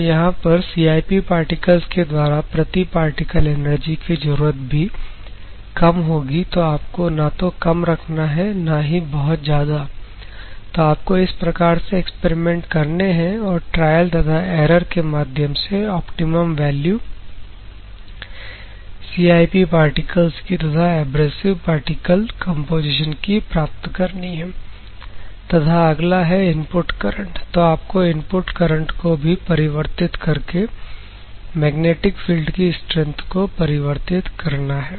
तो यहां पर CIP पार्टिकल्स के द्वारा प्रति पार्टिकल एनर्जी की जरूरत भी कम होगी तो आपको ना तो कम रखना है ना ही बहुत ज्यादा तो आपको इस प्रकार से एक्सपेरिमेंट्स करने हैं और ट्रायल तथा एरर के माध्यम से ऑप्टिमम वैल्यू CIP पार्टिकल्स की तथा एब्रेसिव पार्टिकल्स कंपोजीशन की प्राप्त करनी है तथा अगला है इनपुट करंट तो आपको इनपुट करंट को भी परिवर्तित करके मैग्नेटिक फील्ड कि स्ट्रेंथ को परिवर्तित करना है